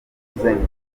kuzenguruka